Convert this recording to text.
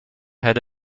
had